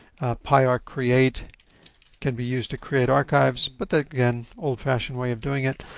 piarcreate can be used to create archives. but again, old-fashioned way of doing it.